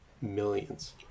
millions